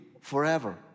forever